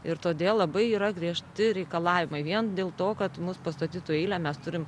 ir todėl labai yra griežti reikalavimai vien dėl to kad mus pastatytų į eilę mes turim